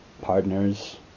partners